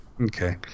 okay